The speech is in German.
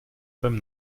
beim